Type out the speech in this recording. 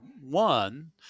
one